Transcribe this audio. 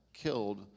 Killed